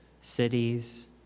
cities